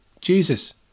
Jesus